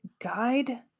guide